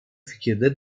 fikirde